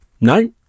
no